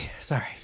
sorry